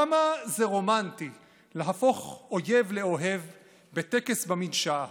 כמה זה רומנטי להפוך אויב לאוהב בטקס במדשאה.